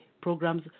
programs